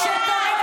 אתה,